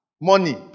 money